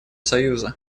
союза